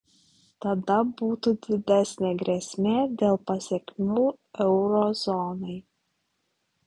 tada būtų didesnė grėsmė dėl pasekmių euro zonai